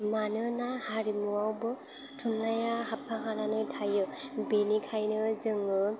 मानोना हारिमुआवबो थुनलाइआ हाबफानानै थायो बेनिखायनो जोङो